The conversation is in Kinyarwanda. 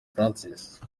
francis